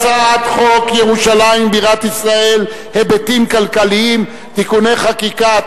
הצעת חוק ירושלים בירת ישראל (היבטים כלכליים) (תיקוני חקיקה),